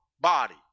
body